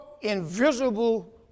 invisible